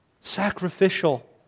sacrificial